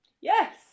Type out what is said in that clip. yes